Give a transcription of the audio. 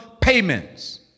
payments